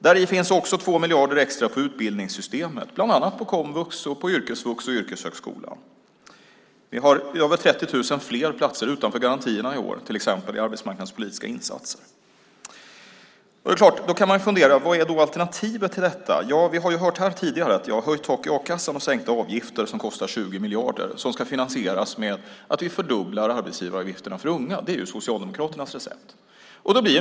Däri finns också 2 miljarder extra till utbildningssystemet, bland annat till komvux, yrkesvux och yrkeshögskola. Vi har 30 000 platser fler utanför garantierna i år, till exempel i arbetsmarknadspolitiska insatser. Vad är alternativet till detta? Ja, vi har tidigare hört om höjt tak i a-kassan och sänkta avgifter som kostar 20 miljarder. Det ska finansieras med att man fördubblar arbetsgivaravgifterna för unga. Det är Socialdemokraternas recept.